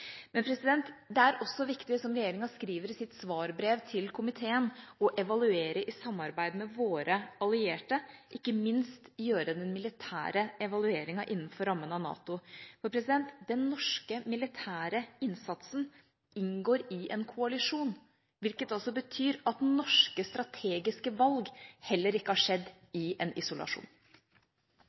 Det er også viktig, som regjeringa skriver i sitt svarbrev til komiteen, å evaluere i samarbeid med våre allierte, ikke minst gjøre den militære evalueringa innenfor rammen av NATO. Den norske militære innsatsen inngår i en koalisjon, hvilket betyr at norske strategiske valg heller ikke har skjedd i en isolasjon.